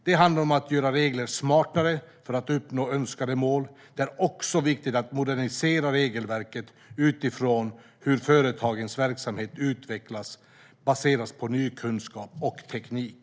Det handlar om att göra reglerna smartare för att uppnå önskade mål. Det är också viktigt att modernisera regelverk utifrån hur företagens verksamhet utvecklas baserat på ny kunskap och ny teknik.